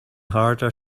harder